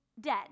dead